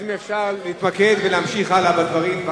אז אם אפשר להתמקד ולהמשיך הלאה בדברים.